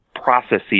Processes